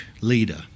leader